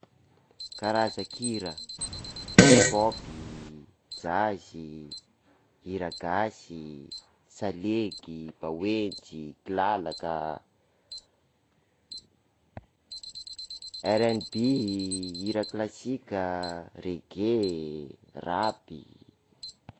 Karazan-kira: hip hop, jazzy, hira gasy, salegy, bewejy, kilalaka, rnb, hira klasika, reggea, rapy.